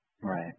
Right